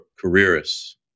careerists